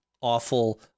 awful